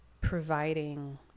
providing